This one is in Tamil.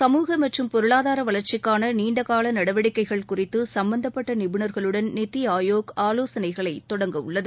சமூக மற்றும் பொருளாதார வளர்ச்சிக்கான நீண்ட கால நடவடிக்கைகள் குறித்து சும்பந்தப்பட்ட நிபுணர்களுடன் நித்தி ஆயோக் ஆலோசனைகளை தொடங்கவுள்ளது